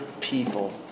people